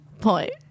Point